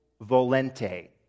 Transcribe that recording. Volente